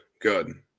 Good